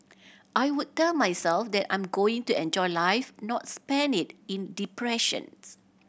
I would tell myself that I'm going to enjoy life not spend it in depressions